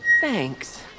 thanks